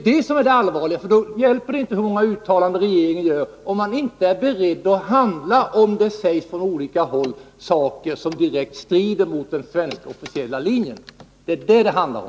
Det hjälper ju inte hur många uttalanden regeringen än gör, om man inte är beredd att handla, när det från olika håll sägs sådant som direkt strider mot den svenska officiella linjen. Det är detta det handlar om.